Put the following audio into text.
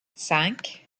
cinq